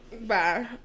Bye